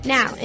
Now